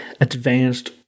advanced